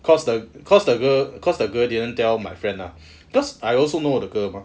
cause the cause the girl cause the girl didn't tell my friend lah because I also know the girl mah